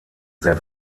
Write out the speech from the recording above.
sehr